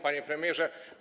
Panie Premierze!